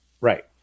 Right